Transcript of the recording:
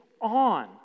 on